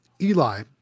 eli